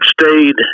stayed